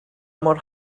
mor